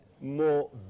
more